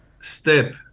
step